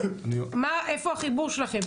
איפה החיבור שלכם?